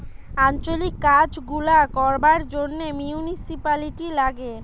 আঞ্চলিক কাজ গুলা করবার জন্যে মিউনিসিপালিটি লাগে